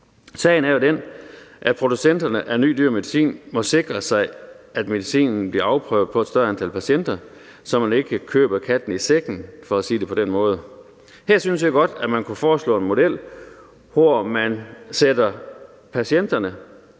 Sagen er jo den, at producenterne af ny dyr medicin må sikre sig, at medicinen bliver afprøvet på et større antal patienter, så man ikke køber katten i sækken, for at sige det på den måde. Her synes jeg godt, man kunne foreslå en model, hvor man sætter patienterne